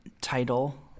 title